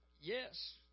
Yes